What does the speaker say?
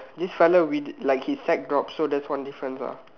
this fella with like his side dropped so that's one difference lah